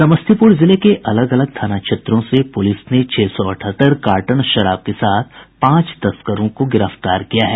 समस्तीपुर जिले के अलग अलग थाना क्षेत्रों से पुलिस ने छह सौ अठहत्तर कार्टन शराब के साथ पांच तस्करों को गिरफ्तार किया है